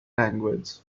language